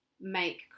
make –